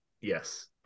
yes